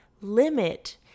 limit